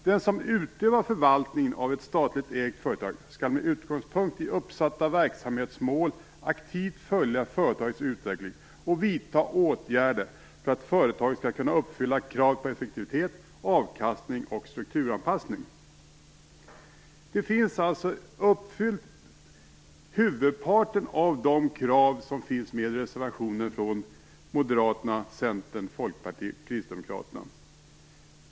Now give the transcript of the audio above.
Den som utövar förvaltningen av ett statligt ägt företag skall med utgångspunkt i uppsatta verksamhetsmål aktivt följa företagets utveckling och vidta åtgärder för att företaget skall kunna uppfylla kravet på effektivitet, avkastning och strukturanpassning. Huvudparten av de krav som ställs i den borgerliga reservationen är alltså uppfylld.